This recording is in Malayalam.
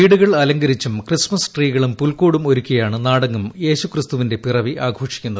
വീടുകൾ അലങ്കരിച്ചും ക്രിസ്മസ് ട്രീകളും പുൽക്കൂടും ഒരുക്കിയാണ് നാടെങ്ങും യേശുക്രിസ്തുവിന്റെ പിറവി ആഘോഷിക്കുന്നത്